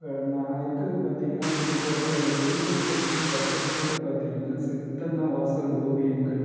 இப்போ நான் இருக்கிறது பார்த்திங்கனா புதுக்கோட்டை இந்த புதுக்கோட்டைக்கு பக்கத்தில் பார்த்திங்கனா சித்தன்னவாசல் ஓவியங்கள்